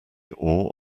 awe